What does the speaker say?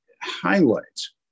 highlights